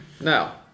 Now